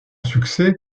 succès